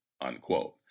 Unquote